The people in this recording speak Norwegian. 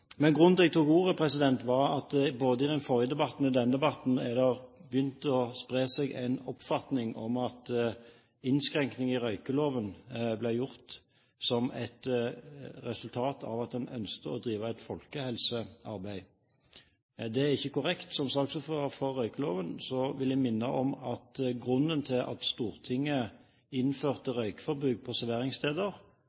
Grunnen til at jeg tok ordet, var at det både i den forrige debatten og i denne debatten har spredd seg en oppfatning om at innskrenkningen i røykeloven ble gjort som et resultat av at man ønsket å drive et folkehelsearbeid. Det er ikke korrekt. Som saksordfører for røykeloven vil jeg minne om at grunnen til at Stortinget innførte